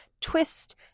twist